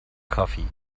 coffee